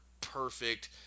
perfect